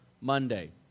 Monday